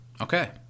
Okay